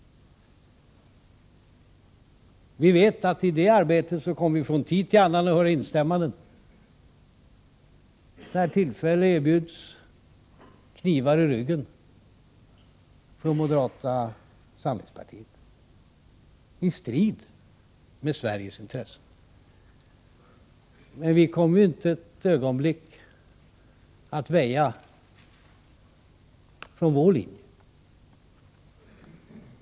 Vi vet att vi i det arbetet från tid till annan kommer att få höra instämmanden och, när tillfälle erbjuds, få knivar i ryggen från moderata samlingspartiet, i strid med Sveriges intressen. Men vi kommer inte ett ögonblick att väja från vår linje.